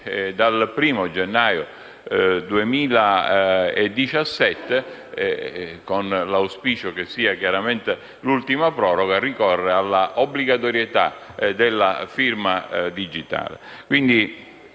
dal 1° gennaio 2017 - con l'auspicio che si tratti dell'ultima proroga - ricorrere all'obbligatorietà della firma digitale.